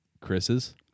Chris's